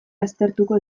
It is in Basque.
aztertuko